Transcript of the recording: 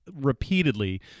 repeatedly